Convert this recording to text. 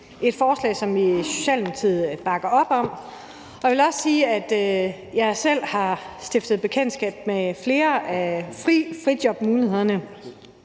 i Socialdemokratiet bakker op om. Jeg vil også sige, at jeg selv har stiftet bekendtskab med flere af frijobmulighederne,